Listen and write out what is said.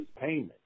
payment